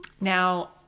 Now